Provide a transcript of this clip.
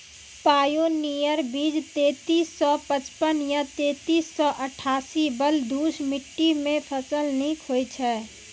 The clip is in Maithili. पायोनियर बीज तेंतीस सौ पचपन या तेंतीस सौ अट्ठासी बलधुस मिट्टी मे फसल निक होई छै?